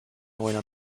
buena